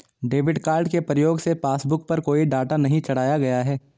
debit card के प्रयोग से पासबुक पर कोई डाटा नहीं चढ़ाया गया है